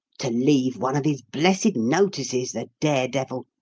to leave one of his blessed notices, the dare-devil.